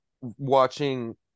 watching